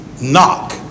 knock